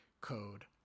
code